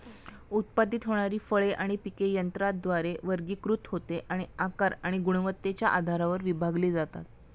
उत्पादित होणारी फळे आणि पिके यंत्राद्वारे वर्गीकृत होते आणि आकार आणि गुणवत्तेच्या आधारावर विभागली जातात